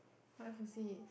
what if you see